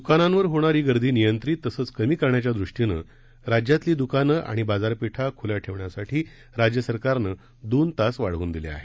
द्कानांवर होणारी गर्दी नियंत्रित तसंच कमी करण्याच्या दृष्टीनं राज्यातली दुकानं आणि बाजारपेठा ख्ल्या ठेवण्यासाठी राज्य सरकारनं दोन तास वाढवून दिले आहेत